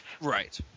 Right